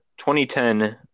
2010